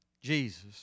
Jesus